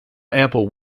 ample